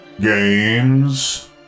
games